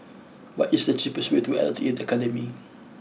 what is the cheapest way to L T A Academy